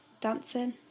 Dancing